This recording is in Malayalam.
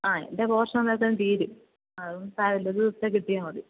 ആ എന്റെ പോര്ഷന് അന്നേരത്തേന് തീരും അത് കൊണ്ട് സാരമില്ല ഒരു ദിവസത്തെ കിട്ടിയാൽ മതി